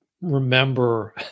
remember